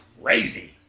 crazy